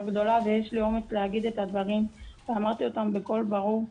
גדולה ויש לי אומץ להגיד את הדברים ואמרתי אותם בקול ברור,